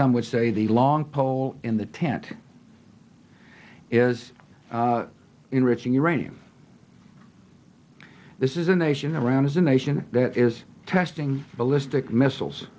some would say the long pole in the tent is enriching uranium this is a nation around as a nation that is testing ballistic missiles